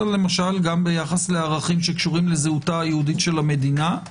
אלא למשל גם ביחס לערכים שקשורים לזהותה היהודית של המדינה.